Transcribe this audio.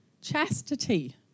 chastity